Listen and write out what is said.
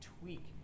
tweak